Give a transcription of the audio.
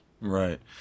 Right